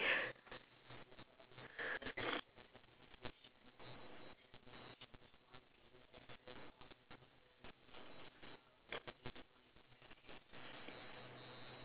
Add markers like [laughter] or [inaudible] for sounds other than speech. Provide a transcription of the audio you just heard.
[noise]